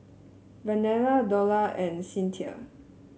Vernelle Dola and Cinthia